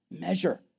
measure